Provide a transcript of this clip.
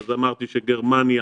אמרתי שגרמניה